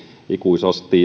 ikuisesti